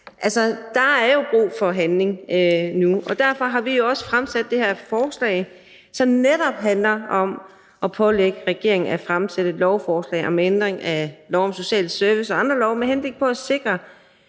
der er jo brug for handling nu. Og derfor har vi også fremsat det her beslutningsforslag, som netop handler om at pålægge regeringen at fremsætte et lovforslag om ændring af lov om social service og andre love, med henblik på at sikre,